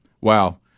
wow